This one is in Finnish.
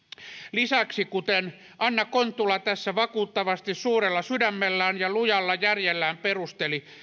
lisäksi kuten anna kontula tässä vakuuttavasti suurella sydämellään ja lujalla järjellään perusteli